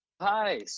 hi